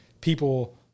people